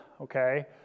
okay